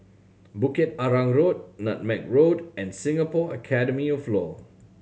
Bukit Arang Road Nutmeg Road and Singapore Academy of Law